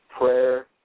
prayer